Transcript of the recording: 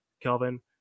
Kelvin